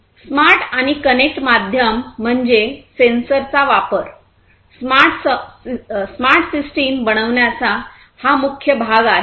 smart आणि connect माध्यम म्हणजे सेन्सरचा वापर स्मार्ट सिस्टम बनविण्याचा हा मुख्य भाग आहे